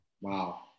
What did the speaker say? Wow